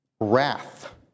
wrath